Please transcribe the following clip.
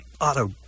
auto